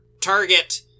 target